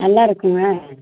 நல்லாயிருக்குங்களா